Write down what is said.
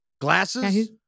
glasses